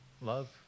love